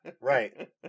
Right